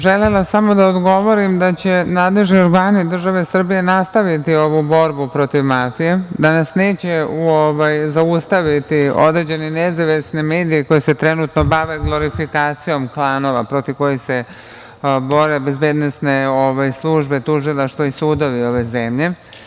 Želela sam samo da odgovorim da će nadležni organi države Srbije nastaviti ovu borbu protiv mafije, da nas neće zaustaviti određeni nezavisni mediji koji se trenutno bave glorifikacijom klanova protiv kojih se bore bezbednosne službe, tužilaštva i sudovi ove zemlje.